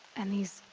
and these.